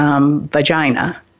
vagina